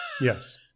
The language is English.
yes